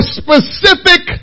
specific